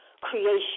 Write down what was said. creation